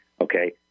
okay